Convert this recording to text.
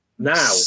Now